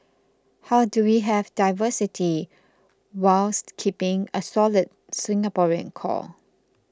how do we have diversity whilst keeping a solid Singaporean core